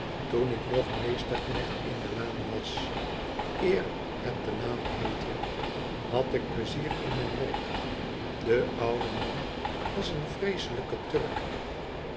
itoen ik nog meesterknecht in de laan was eer het de laan heette had ik pleizier in mijn werk de oude man was een vreeselijke turk